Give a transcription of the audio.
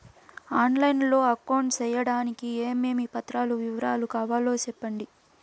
On line లో account సేయడానికి ఏమేమి పత్రాల వివరాలు కావాలో సెప్పండి?